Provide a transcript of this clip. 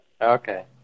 Okay